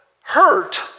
hurt